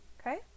okay